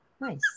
Nice